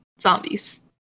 zombies